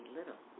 Little